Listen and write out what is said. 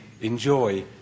enjoy